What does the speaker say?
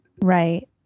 Right